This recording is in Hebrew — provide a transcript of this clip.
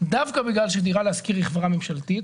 דווקא בגלל שדירה להשכיר היא חברה ממשלתית,